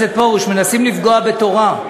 חבר הכנסת פרוש, מנסים לפגוע בתורה.